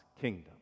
kingdom